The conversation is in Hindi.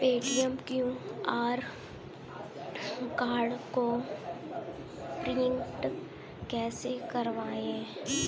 पेटीएम के क्यू.आर कोड को प्रिंट कैसे करवाएँ?